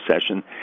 session